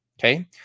Okay